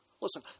Listen